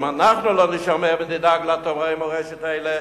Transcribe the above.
אם אנחנו לא נשמר ונדאג לאתרי המורשת האלה,